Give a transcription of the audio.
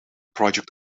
project